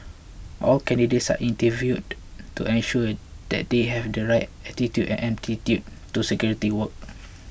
all candidates are interviewed to ensure that they have the right attitude and aptitude for security work